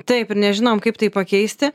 taip ir nežinom kaip tai pakeisti